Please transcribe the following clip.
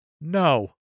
No